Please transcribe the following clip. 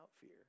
fear